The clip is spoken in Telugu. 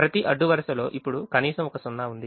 ప్రతి అడ్డు వరుసలో ఇప్పుడు కనీసం ఒక 0 ఉంది